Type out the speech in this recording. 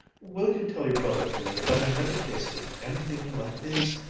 will you tell your brother for me that i never tasted anything like his.